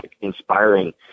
inspiring